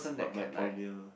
what my point here